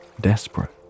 desperate